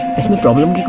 is no problem